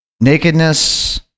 nakedness